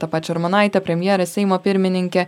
tą pačią armonaitę premjerę seimo pirmininkę